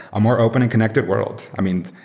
a more open and connected world. i mean,